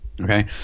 Okay